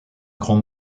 grand